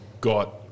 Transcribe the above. got